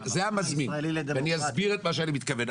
אני אסביר את מה שאני מתכוון.